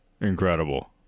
incredible